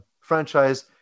franchise